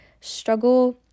struggle